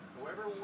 Whoever